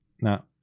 Now